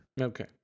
Okay